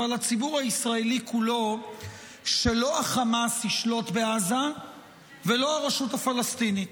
אבל לציבור הישראלי כולו שלא חמאס ישלוט בעזה ולא הרשות הפלסטינית.